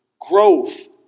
growth